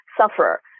sufferer